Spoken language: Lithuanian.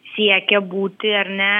siekia būti ar ne